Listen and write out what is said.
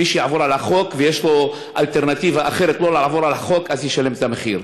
מי שיעבור על החוק ויש לו אלטרנטיבה שלא לעבור על החוק ישלם את המחיר.